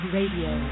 Radio